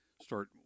start